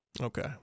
Okay